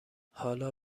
حالا